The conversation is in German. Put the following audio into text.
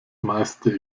meiste